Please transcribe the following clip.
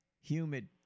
humid